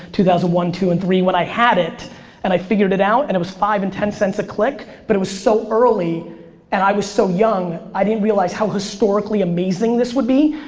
two thousand and one, two and three when i had it and i figured it out and it was five and ten cents a click, but it was so early and i was so young, i didn't realize how historically amazing this would be.